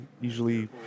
usually